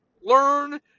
Learn